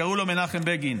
קראו לו מנחם בגין,